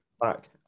back